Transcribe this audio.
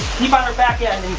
keep on her back end